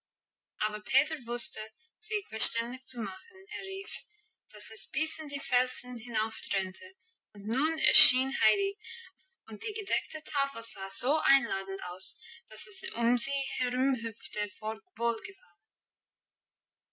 aber peter wusste sich verständlich zu machen er rief dass es bis in die felsen hinaufdröhnte und nun erschien heidi und die gedeckte tafel sah so einladend aus dass es um sie herumhüpfte